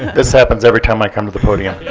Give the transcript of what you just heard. this happens every time i come to the podium. yeah